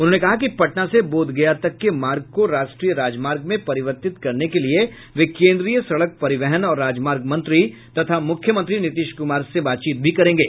उन्होंने कहा कि पटना से बोधगया तक के मार्ग को राष्ट्रीय राजमार्ग में परिवर्तित करने के लिए वे केंद्रीय सड़क परिवहन और राजमार्ग मंत्री तथा मुख्यमंत्री नीतीश कुमार से बातचीत करेंगे